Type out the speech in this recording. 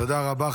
תודה רבה.